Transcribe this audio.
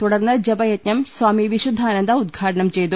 തുടർന്ന് ജപയജ്ഞം സ്വാമി വിശുദ്ധാ നന്ദ ഉദ്ഘാടനം ചെയ്തു